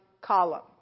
column